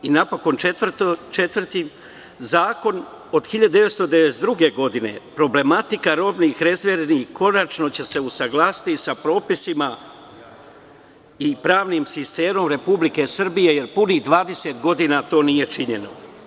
Četvrto, zakon o 1992. godine, problematika robnih rezervi, konačno će se usaglasiti sa propisima i pravnim sistemom Republike Srbije, jer punih 20 godina to nije činjeno.